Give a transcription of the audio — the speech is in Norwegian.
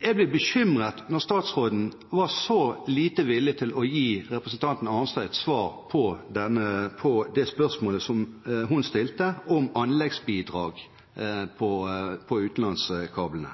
Jeg ble bekymret da statsråden var så lite villig til å gi representanten Arnstad et svar på det spørsmålet hun stilte om anleggsbidrag på utenlandskablene.